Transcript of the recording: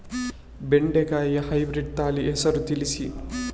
ಬೆಂಡೆಕಾಯಿಯ ಹೈಬ್ರಿಡ್ ತಳಿ ಹೆಸರು ತಿಳಿಸಿ?